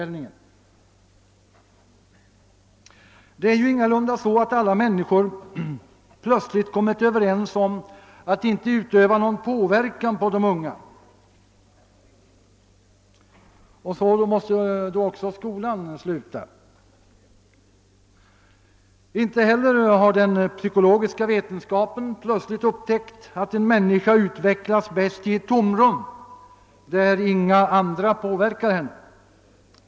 Alla människor har ju ingalunda plötsligt kommit överens om att inte utöva någon påverkan på de unga, och då måste också skolan sluta. Inte heller har den psykologiska vetenskapen plötsligt upptäckt att en människa utvecklas bäst i ett tomrum där inga andra påverkar henne.